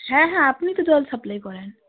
হ্যাঁ হ্যাঁ আপনিই তো জল সাপ্লাই করেন